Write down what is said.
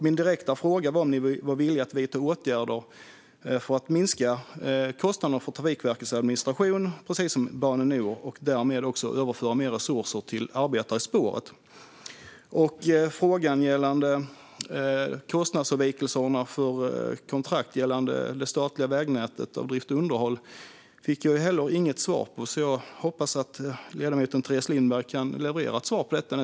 Min direkta fråga var om ni är villiga att vidta åtgärder för att minska kostnaderna för Trafikverkets administration, så som Bane Nor har gjort, och därmed överföra mer resurser till arbetare i spåret. Frågan om kostnadsavvikelserna för kontrakt gällande det statliga vägnätet och drift och underhåll fick jag heller inget svar på. Jag hoppas att ledamoten Teres Lindberg kan leverera ett svar på detta nu.